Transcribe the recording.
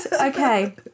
Okay